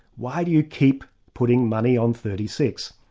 why do you keep putting money on thirty six?